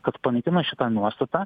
kad panaikinus šitą nuostatą